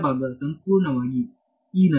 ಬಲಭಾಗ ಸಂಪೂರ್ಣವಾಗಿ ದಲ್ಲ್ಲಿದೆ